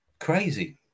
Crazy